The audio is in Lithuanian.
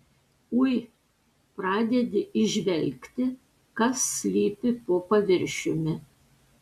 ui pradedi įžvelgti kas slypi po paviršiumi